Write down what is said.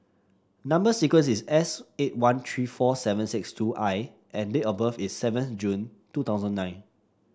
number sequence is S eight one three four seven six two I and date of birth is seven June two thousand nine